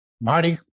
Marty